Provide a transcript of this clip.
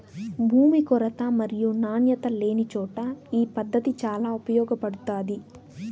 భూమి కొరత మరియు నాణ్యత లేనిచోట ఈ పద్దతి చాలా ఉపయోగపడుతాది